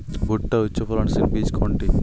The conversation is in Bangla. ভূট্টার উচ্চফলনশীল বীজ কোনটি?